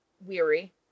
weary